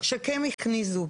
שכן הכניסו.